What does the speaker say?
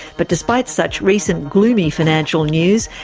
but despite such recently gloomy financial news,